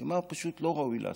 ומה פשוט לא ראוי לעשות.